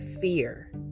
fear